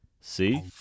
See